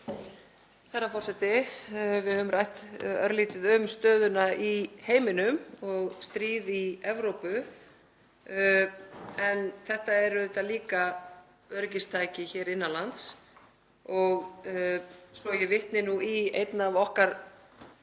auðvitað líka öryggistæki hér innan lands. Svo ég vitni nú í einn af okkar